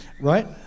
right